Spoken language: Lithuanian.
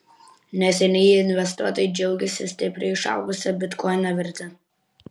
neseniai investuotojai džiaugėsi stipriai išaugusia bitkoino verte